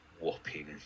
whopping